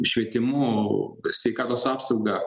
švietimu sveikatos apsauga